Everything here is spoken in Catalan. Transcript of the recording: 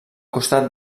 costat